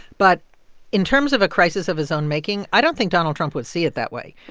but in terms of a crisis of his own making, i don't think donald trump would see it that way.